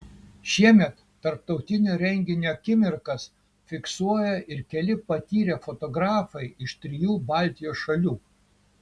šiemet tarptautinio renginio akimirkas fiksuoja ir keli patyrę fotografai iš trijų baltijos šalių